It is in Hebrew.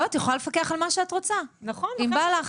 לא, את יכולה לפקח על מה שאת רוצה אם בא לך.